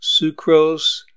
sucrose